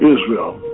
Israel